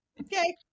okay